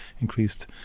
increased